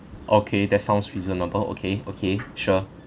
okay that sounds reasonable okay okay sure